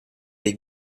dei